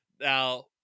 Now